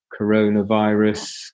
coronavirus